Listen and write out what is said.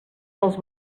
dels